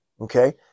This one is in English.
Okay